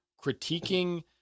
critiquing